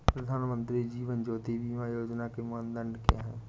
प्रधानमंत्री जीवन ज्योति बीमा योजना के मानदंड क्या हैं?